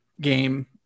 game